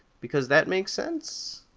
because that makes sense.